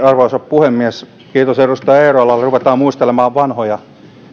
arvoisa puhemies kiitos edustaja eerolalle ruvetaan muistelemaan vanhoja